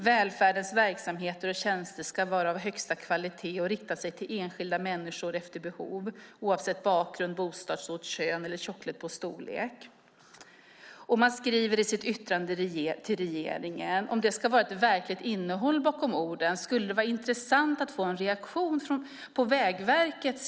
Välfärdens verksamheter och tjänster ska vara av högsta kvalitet och rikta sig till enskilda människor efter behov, oavsett bakgrund, bostadsort, kön eller tjocklek på plånbok." Man skriver i sitt yttrande till regeringen: "Om det ska vara ett verkligt innehåll bakom orden skulle det vara intressant att få en reaktion på Vägverkets .